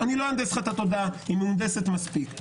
לא אהנדס לך את התודעה היא מהונדסת מספיק.